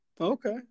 Okay